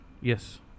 Yes